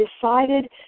decided